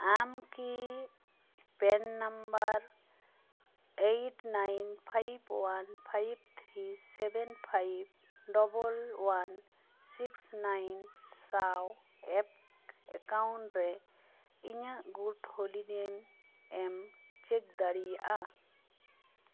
ᱟᱢ ᱠᱤ PAN number eight nine five one five three seven five double one six nine ᱥᱟᱶ ᱮᱠ account ᱨᱮ ᱤᱧᱟᱹᱜ ᱜᱩᱰ ᱦᱳᱞᱰᱤᱝ ᱮᱢ ᱪᱮᱠ ᱫᱟᱲᱤᱭᱟᱜᱼᱟ